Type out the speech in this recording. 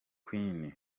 queen